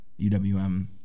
UWM